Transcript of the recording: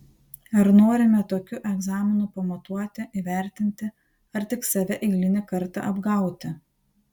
ar norime tokiu egzaminu pamatuoti įvertinti ar tik save eilinį kartą apgauti